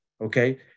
Okay